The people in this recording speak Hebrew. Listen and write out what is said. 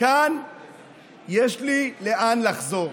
כאן יש לי לאן לחזור.